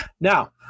Now